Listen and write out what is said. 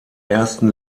ersten